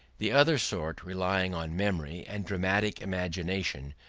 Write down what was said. the other sort, relying on memory and dramatic imagination,